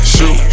Shoot